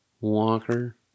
Walker